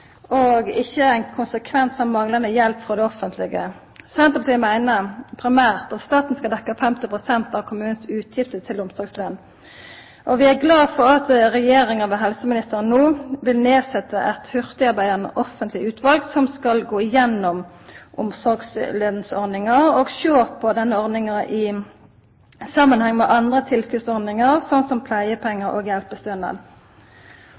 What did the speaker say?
og ikkje ein konsekvens av manglande hjelp frå det offentlege. Senterpartiet meiner primært at staten skal dekkja 50 pst. av kommunens utgifter til omsorgsløn. Vi er glade for at Regjeringa ved helseministeren no vil setja ned eit hurtigarbeidande offentleg utval som skal gå gjennom omsorgslønsordninga og sjå på den ordninga i samanheng med andre tilskotsordningar, sånn som